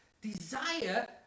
desire